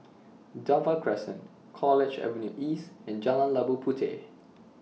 Dover Crescent College Avenue East and Jalan Labu Puteh